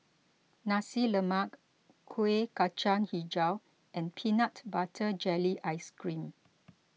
Nasi Lemak Kueh Kacang HiJau and Peanut Butter Jelly Ice Cream